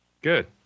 Good